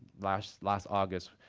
last last august,